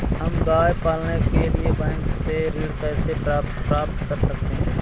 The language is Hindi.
हम गाय पालने के लिए बैंक से ऋण कैसे प्राप्त कर सकते हैं?